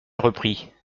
reprit